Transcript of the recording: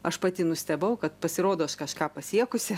aš pati nustebau kad pasirodo aš kažką pasiekusi